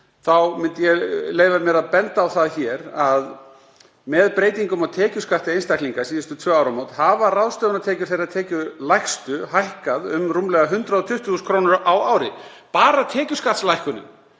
myndi ég leyfi mér að benda á að með breytingum á tekjuskatti einstaklinga síðustu tvenn áramót hafa ráðstöfunartekjur þeirra tekjulægstu hækkað um rúmlega 120.000 kr. á ári. Bara tekjuskattslækkunin